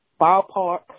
ballpark